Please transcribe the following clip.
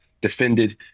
defended